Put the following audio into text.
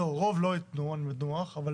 רוב לא ייתנו, אני בטוח.